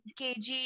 KG